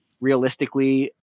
realistically